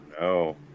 No